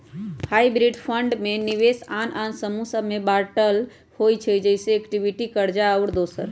hybrid fund में निवेश आन आन समूह सभ में बाटल होइ छइ जइसे इक्विटी, कर्जा आउरो दोसर